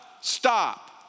stop